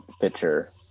pitcher